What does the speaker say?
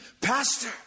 Pastor